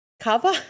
Cover